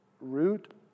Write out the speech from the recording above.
root